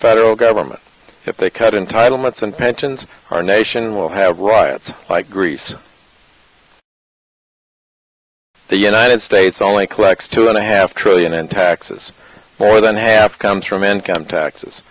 federal government if they cut entitlements and pensions our nation will have riots like greece the united states only collects two and a half trillion in taxes more than half comes from income taxes